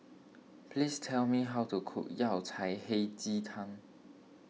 please tell me how to cook Yao Cai Hei Ji Tang